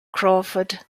crawford